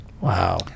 Wow